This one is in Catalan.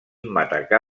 matacà